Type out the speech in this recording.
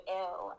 ill